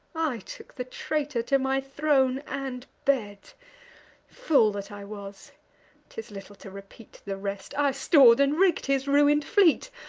i took the traitor to my throne and bed fool that i was t is little to repeat the rest i stor'd and rigg'd his ruin'd fleet.